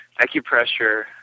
acupressure